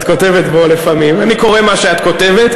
את כותבת בו לפעמים, אני קורא מה שאת כותבת.